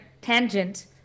tangent